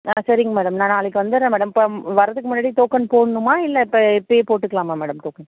ஆ சரிங்க மேடம் நான் நாளைக்கு வந்துடறேன் மேடம் இப்போ வரதுக்கு முன்னாடி டோக்கன் போடணுமா இல்லை இப்போ இப்போயே போட்டுக்கலாமா மேடம் டோக்கன்